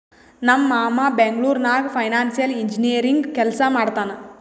ನಮ್ ಮಾಮಾ ಬೆಂಗ್ಳೂರ್ ನಾಗ್ ಫೈನಾನ್ಸಿಯಲ್ ಇಂಜಿನಿಯರಿಂಗ್ ಕೆಲ್ಸಾ ಮಾಡ್ತಾನ್